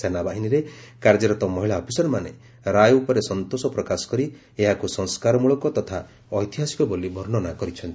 ସେନାବାହିନୀରେ କାର୍ଯ୍ୟରତ ମହିଳା ଅଫିସରମାନେ ରାୟ ଉପରେ ସନ୍ତୋଷ ପ୍ରକାଶ କରି ଏହାକୁ ସଂସ୍କାରମ୍ଭଳକ ତଥା ଐତିହାସିକ ବୋଲି ବର୍ଣ୍ଣନା କରିଛନ୍ତି